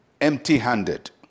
empty-handed